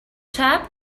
tub